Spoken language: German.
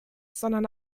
sondern